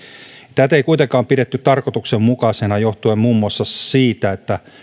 tätä ei kuitenkaan pidetty tarkoituksenmukaisena johtuen muun muassa siitä että